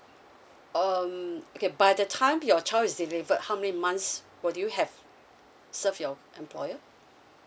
um okay by the time your child is delivered how many months will you have served your employer